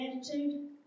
attitude